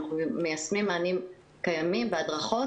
אנחנו מיישמים מענה קיים והדרכות,